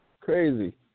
Crazy